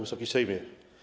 Wysoki Sejmie!